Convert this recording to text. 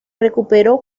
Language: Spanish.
recuperó